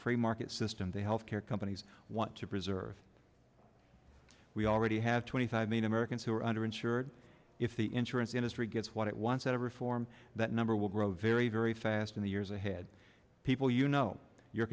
free market system the health care companies want to preserve we already have twenty five million americans who are under insured if the insurance industry gets what it wants out of reform that number will grow very very fast in the years ahead people you know your